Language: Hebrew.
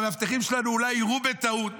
המאבטחים שלנו אולי יירו בטעות,